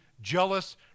jealous